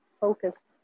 focused